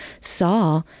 saw